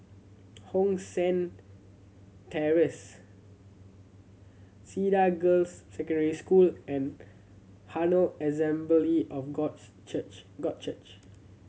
Hong San Terrace Cedar Girls' Secondary School and Herald Assembly of Church God Church